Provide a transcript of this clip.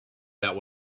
that